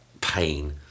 pain